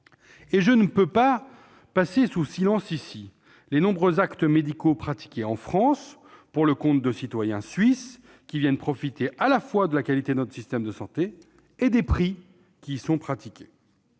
Je ne peux passer sous silence ici les nombreux actes médicaux pratiqués en France pour le compte de citoyens suisses qui viennent profiter à la fois de la qualité de notre système de santé et des prix qui y sont pratiqués.